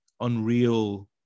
unreal